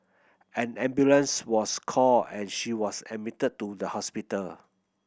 an ambulance was called and she was admitted to the hospital